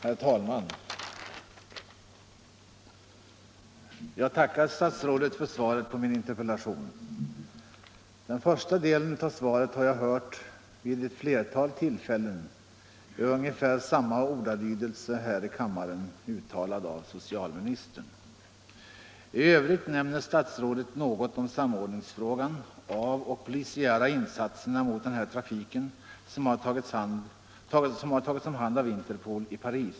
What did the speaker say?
Herr talman! Jag tackar statsrådet för svaret på min interpellation. Den första delen av svaret har jag hört vid ett flertal tillfällen här i kammaren, uttalad av socialministern i ungefär samma ordalydelse. I övrigt nämner statsrådet något om att samordningen av de polisiära insatserna mot narkotikatrafiken har tagits om hand av Interpol i Paris.